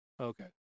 okay